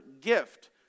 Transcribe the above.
gift